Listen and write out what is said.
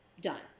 done